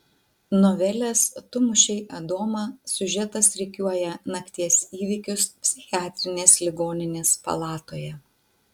novelės tu mušei adomą siužetas rikiuoja nakties įvykius psichiatrinės ligoninės palatoje